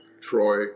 Troy